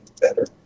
better